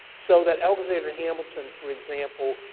so that, alexander hamilton for example,